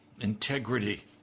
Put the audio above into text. integrity